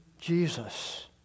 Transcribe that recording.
Jesus